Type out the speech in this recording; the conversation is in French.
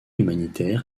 humanitaire